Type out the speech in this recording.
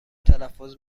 تلفظ